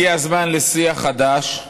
הגיע הזמן לשיח חדש,